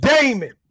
Damon